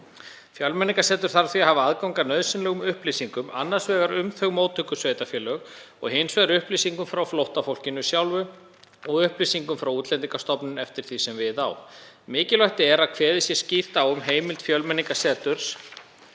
Fjölmenningarsetur þarf því að hafa aðgang að nauðsynlegum upplýsingum, annars vegar um móttökusveitarfélög og hins vegar upplýsingum frá flóttafólkinu sjálfu og upplýsingum frá Útlendingastofnun eftir því sem við á. Mikilvægt er að kveðið sé skýrt á um heimild Fjölmenningarseturs